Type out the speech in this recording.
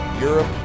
Europe